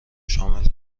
شامل